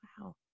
Wow